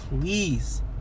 please